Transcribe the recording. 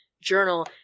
journal